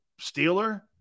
Steeler